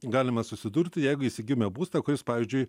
galima susidurti jeigu įsigijome būstą kuris pavyzdžiui